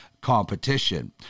competition